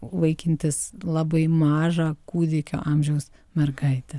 vaikintis labai mažą kūdikio amžiaus mergaitę